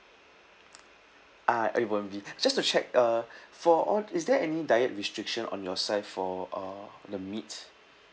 ah it won't be just to check uh for all is there any diet restriction on your side for uh the meat